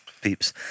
peeps